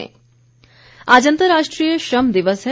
श्रम दिवस आज अंतर्राष्ट्रीय श्रम दिवस है